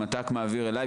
המת"ק מעביר אליי,